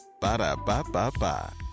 Ba-da-ba-ba-ba